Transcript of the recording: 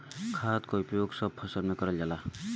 खाद क उपयोग सब फसल में करल जाला